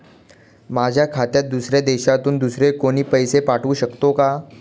माझ्या खात्यात दुसऱ्या देशातून दुसरे कोणी पैसे पाठवू शकतो का?